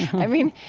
i mean,